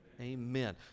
Amen